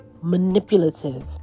manipulative